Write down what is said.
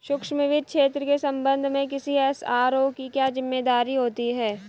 सूक्ष्म वित्त क्षेत्र के संबंध में किसी एस.आर.ओ की क्या जिम्मेदारी होती है?